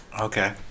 Okay